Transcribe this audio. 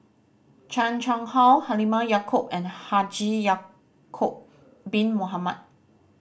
Chan Chang How Halimah Yacob and Haji Ya'acob Bin Mohamed